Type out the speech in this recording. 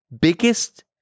biggest